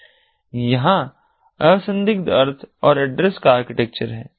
यहां असंदिग्ध अर्थ और एड्रेस का आर्किटेक्चर है